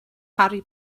harry